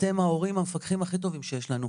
אתם ההורים המפקחים הכי טובים שיש לנו.